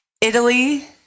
Italy